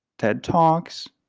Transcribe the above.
tedtalks,